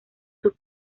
sus